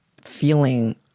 feeling